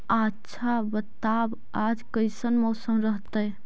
आच्छा बताब आज कैसन मौसम रहतैय?